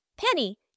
Penny